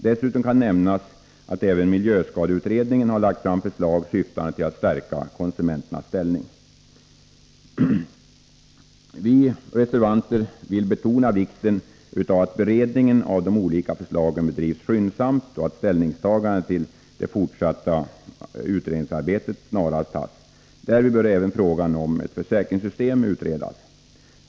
Dessutom kan nämnas att även miljöskadeutredningen har lagt fram förslag syftande till att stärka konsumenternas ställning. Vi reservanter vill betona vikten av att beredningen av de olika förslagen bedrivs skyndsamt och att ställning snarast tas till det fortsatta utredningsarbetet. Därvid bör även frågan om ett försäkringssystem utredas.